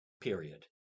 period